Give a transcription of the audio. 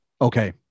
Okay